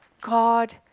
God